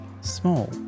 small